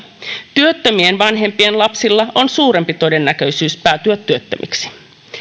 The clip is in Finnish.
työttömien vanhempien lapsilla on suurempi todennäköisyys päätyä työttömiksi